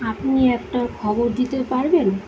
আপনি একটা খবর দিতে পারবেন